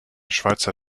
schweizer